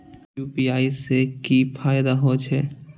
UPI से की फायदा हो छे?